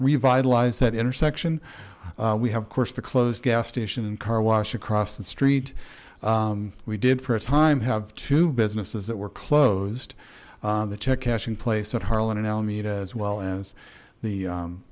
revitalize that intersection we have course the closed gas station and car wash across the street we did for a time have two businesses that were closed the check cashing place at harlan and alameda as well as the